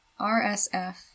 RSF